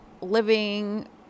living